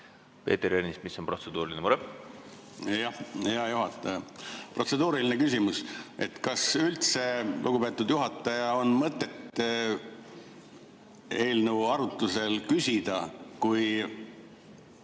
Peeter Ernits, mis on protseduuriline mure? Hea juhataja! Protseduuriline küsimus: kas üldse, lugupeetud juhataja, on mõtet eelnõu arutlusel küsida, kui